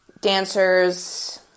dancers